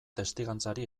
testigantzari